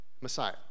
Messiah